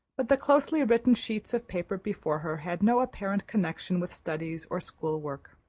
but the closely written sheets of paper before her had no apparent connection with studies or school work.